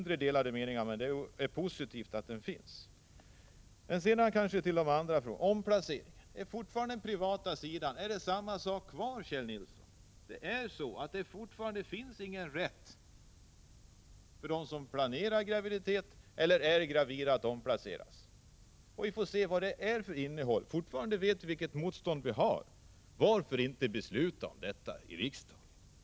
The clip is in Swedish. Det är i varje fall positivt att det finns företagshälsovård. Sedan till frågan om omplaceringarna. Förhållandena är desamma som förut på den privata sidan, Kjell Nilsson! Fortfarande har nämligen de som planerar en graviditet eller som är gravida inga rättigheter i detta sammanhang. Vi får väl se vad politiken på detta område får för innehåll. Vi vet ju varifrån motståndet kommer. Men varför blir det inget beslut här i riksdagen på den här punkten?